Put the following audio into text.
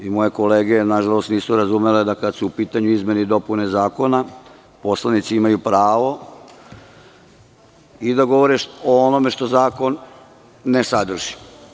Moje kolege, na žalost, nisu razumele da kada su u pitanju izmene i dopune zakona poslanici imaju pravo da govore o onome što zakon ne sadrži.